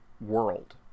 world